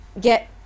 get